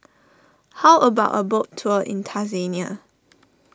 how about a boat tour in Tanzania